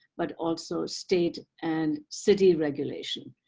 but also state and city regulation.